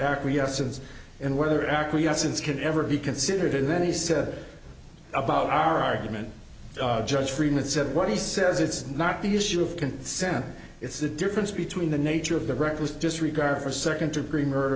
acquiescence and whether acquiescence can ever be considered and then he said about our argument judge freeman said what he says it's not the issue of consent it's the difference between the nature of the reckless disregard for second degree murder